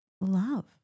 love